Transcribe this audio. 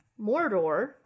Mordor